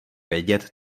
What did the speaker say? vědět